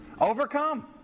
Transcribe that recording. Overcome